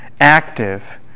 active